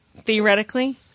Theoretically